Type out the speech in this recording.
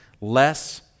less